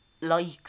likes